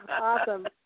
Awesome